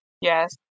Yes